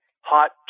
hot